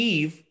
Eve